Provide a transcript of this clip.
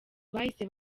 bahise